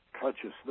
consciousness